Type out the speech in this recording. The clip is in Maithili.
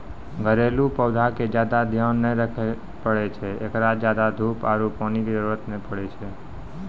घरेलू पौधा के ज्यादा ध्यान नै रखे पड़ै छै, एकरा ज्यादा धूप आरु पानी के जरुरत नै पड़ै छै